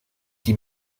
die